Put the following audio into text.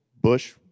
bush